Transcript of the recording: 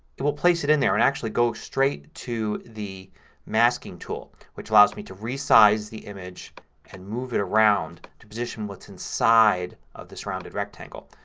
it will place it in there and actually go straight to the masking tool which allows me to resize the image and move it around to position what's inside of this rounded rectangle.